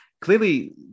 clearly